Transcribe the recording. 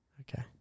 Okay